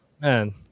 man